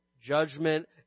judgment